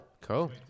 Cool